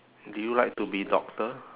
do you like to be doctor